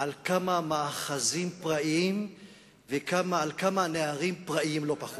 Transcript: על כמה מאחזים פראיים ועל כמה נערים פראים לא פחות.